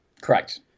Correct